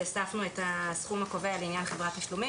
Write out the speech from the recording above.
הוספנו את הסכום הקובע לעניין חברת תשלומים